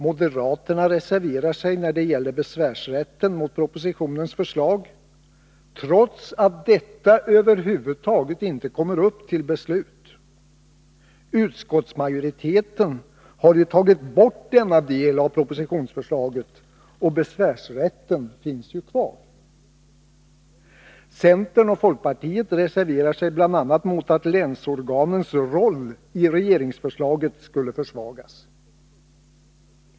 Moderaterna reserverar sig när det gäller besvärsrätten mot propositionens förslag, trots att detta överhuvud inte kommer upp för beslut — utskottsmajoriteten har ju tagit bort denna del av propositionsförslaget och besvärsrätten finns kvar. Centern och folkpartiet reserverar sig bl.a. mot att länsorganens roll i regeringsförslaget skulle försvagas.